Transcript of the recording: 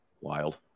wild